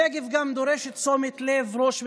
גם הנגב דורש את תשומת לב ראש הממשלה.